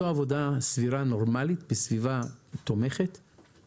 עבודה סבירה ונורמלית בסביבה תומכת,